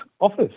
office